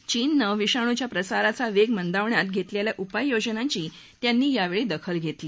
चीननं विषाणूच्या प्रसारचा वेग मंदावण्यात घेतलेल्या उपायांची त्यांनी यावेळी दखल घेतली